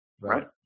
Right